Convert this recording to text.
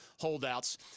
holdouts